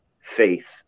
faith